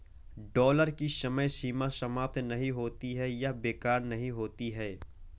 dollar की समय सीमा समाप्त नहीं होती है या बेकार नहीं होती है